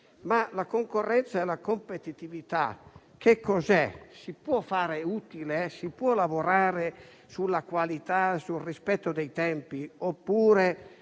ma la concorrenza e la competitività che cosa sono? Si può fare utile, si può lavorare sulla qualità, sul rispetto dei tempi, oppure